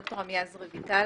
ד"ר עמיעז רויטל,